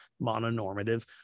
mononormative